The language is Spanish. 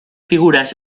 figuras